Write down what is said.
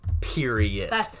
Period